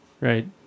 Right